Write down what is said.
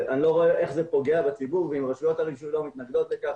אני לא רואה איך זה פוגע בציבור ואם רשויות הרישוי לא מתנגדות לכך,